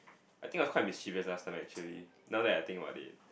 I think I quite mischievous last time actually now that I think about it